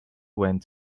went